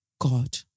God